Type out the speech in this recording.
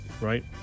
right